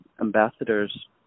ambassadors